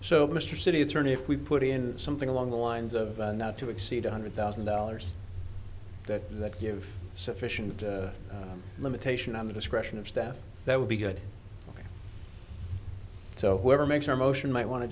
so mr city attorney if we put in something along the lines of not to exceed two hundred thousand dollars that that give sufficient limitation on the discretion of staff that would be good so whoever makes our motion might wan